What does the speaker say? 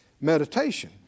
Meditation